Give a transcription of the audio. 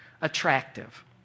attractive